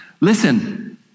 Listen